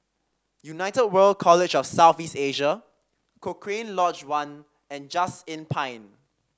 United World College of South East Asia Cochrane Lodge One and Just Inn Pine